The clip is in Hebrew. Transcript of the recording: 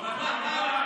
אבל מה?